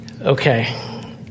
Okay